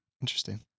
Interesting